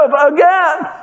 again